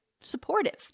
supportive